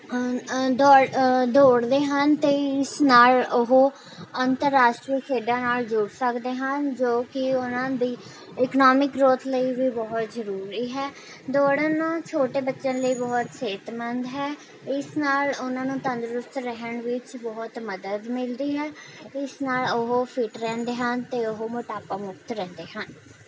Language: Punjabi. ਦੌੜ ਦੌੜਦੇ ਹਨ ਅਤੇ ਇਸ ਨਾਲ ਉਹ ਅੰਤਰਰਾਸ਼ਟਰੀ ਖੇਡਾਂ ਨਾਲ ਜੁੜ ਸਕਦੇ ਹਨ ਜੋ ਕਿ ਉਨ੍ਹਾਂ ਦੀ ਇਕਨਾਮਿਕ ਗ੍ਰੋਥ ਲਈ ਵੀ ਬਹੁਤ ਜ਼ਰੂਰੀ ਹੈ ਦੌੜਨਾ ਛੋਟੇ ਬੱਚਿਆਂ ਲਈ ਬਹੁਤ ਸਿਹਤਮੰਦ ਹੈ ਇਸ ਨਾਲ ਉਨ੍ਹਾਂ ਨੂੰ ਤੰਦਰੁਸਤ ਰਹਿਣ ਵਿੱਚ ਬਹੁਤ ਮਦਦ ਮਿਲਦੀ ਹੈ ਇਸ ਨਾਲ ਉਹ ਫਿੱਟ ਰਹਿੰਦੇ ਹਨ ਅਤੇ ਉਹ ਮੋਟਾਪਾ ਮੁਕਤ ਰਹਿੰਦੇ ਹਨ